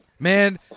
Man